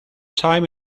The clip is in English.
time